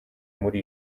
muri